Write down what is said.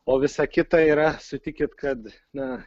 o visa kita yra sutikit kad na